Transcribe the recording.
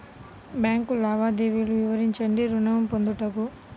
Bank లావాదేవీలు వివరించండి ఋణము పొందుటకు?